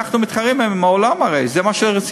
אנחנו מתחרים עם העולם, הרי זה מה שרציתם.